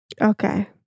Okay